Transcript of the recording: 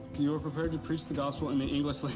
you will prepare to preach the gospel in the english like